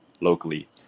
locally